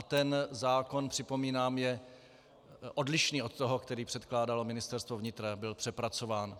Ten zákon, připomínám, je odlišný od toho, který předkládalo Ministerstvo vnitra, jak byl přepracován.